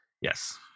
Yes